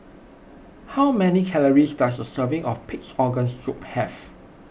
how many calories does a serving of Pig's Organ Soup have